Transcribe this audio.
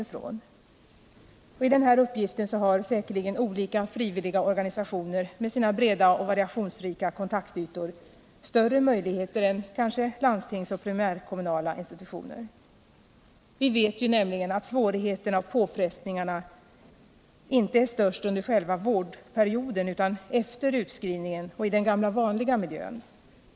I den uppgiften har säkerligen olika frivilliga organisationer med sina breda och variationsrika kontaktytor större möjligheter än landstingsoch primärkommunala institutioner. Vi vet ju att svårigheterna och påfrestningarna inte är störst under själva vårdperioden, utan att de uppstår efter utskrivningen och i den gamla vanliga miljön.